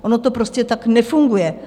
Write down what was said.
Ono to prostě tak nefunguje.